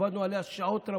עבדנו עליה שעות רבות,